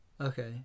okay